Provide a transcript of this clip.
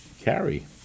carry